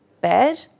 bad